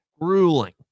grueling